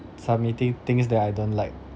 submitting things that I don't like